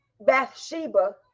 Bathsheba